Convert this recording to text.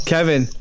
Kevin